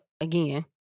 again